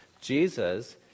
Jesus